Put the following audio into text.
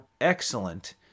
excellent